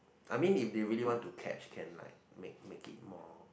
I mean if they really want to catch can like make make it more